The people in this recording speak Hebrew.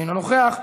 אינו נוכח,